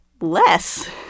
less